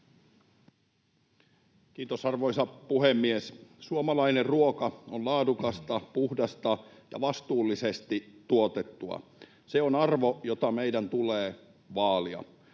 Kiitos, arvoisa puhemies! Suomalainen ruoka on laadukasta, puhdasta ja vastuullisesti tuotettua. Se on arvo, jota meidän tulee vaalia.